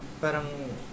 parang